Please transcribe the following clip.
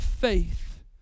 faith